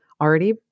already